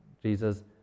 Jesus